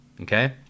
okay